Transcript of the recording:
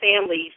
families